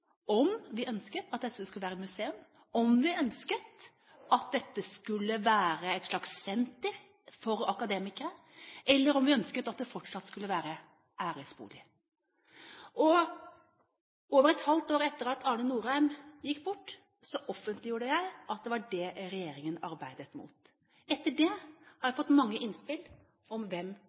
om vi ønsker at det skal være et museum, om vi ønsker at det skal være et slags senter for akademikere, eller om vi ønsker at det fortsatt skal være æresbolig. Over et halvt år etter at Arne Nordheim gikk bort, offentliggjorde jeg at det var det siste regjeringen arbeidet for. Etter dette har jeg fått mange innspill om hvem